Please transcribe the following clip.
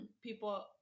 people